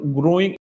growing